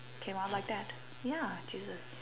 came out like that ya Jesus